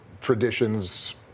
traditions